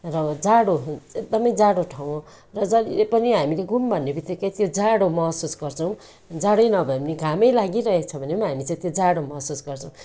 र जाडो एकदमै जाडो ठाउँ हो र जहिले पनि हामीले घुम भन्नेबित्तिकै त्यो जाडो महसुस गर्छौँ जाडै नभए पनि घामै लागिरहेछ भने पनि हामी चाहिँ त्यो जाडो महसुस गर्छौँ